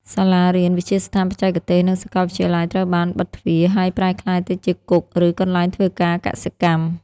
សាលារៀន វិទ្យាស្ថានបច្ចេកទេស និងសាកលវិទ្យាល័យត្រូវបានបិទទ្វារ ហើយប្រែក្លាយទៅជាគុក ឬកន្លែងធ្វើការកសិកម្ម។